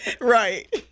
Right